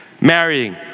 Marrying